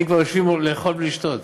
הם כבר יושבים לאכול ולשתות,